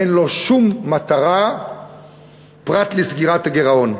אין לו שום מטרה פרט לסגירת הגירעון.